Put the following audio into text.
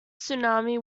tsunami